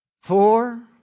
Four